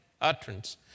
utterance